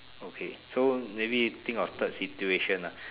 okay so maybe think of third situation ah